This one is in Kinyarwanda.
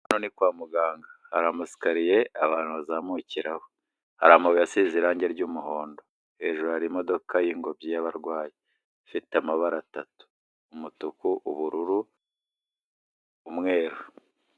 Hano ni kwa muganga. Hari amasikariye abantu bazamukiraho. Hari amabuye asize irangi ry'umuhondo. Hejuru hari imodoka y'ingobyi y'abarwayi. Ifite amabara atatu. Umutuku, ubururu, umweru.